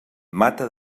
mata